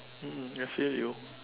mm I feel you